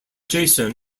jason